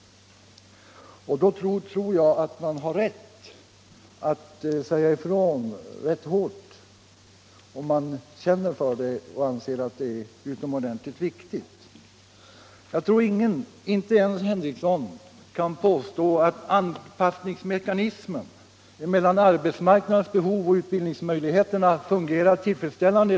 Under sådana omständigheter tycker jag att man har rätt att säga ifrån i en fråga som man känner för och anser vara utomordentligt viktig. Jag tror ingen — inte ens herr Henrikson — kan påstå att anpassningen mellan arbetsmarknadens behov och utbildningsmöjligheterna i dag fungerar tillfredsställande.